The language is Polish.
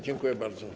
Dziękuję bardzo.